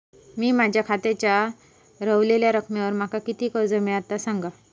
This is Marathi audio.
मी माझ्या खात्याच्या ऱ्हवलेल्या रकमेवर माका किती कर्ज मिळात ता सांगा?